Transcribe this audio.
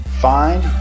find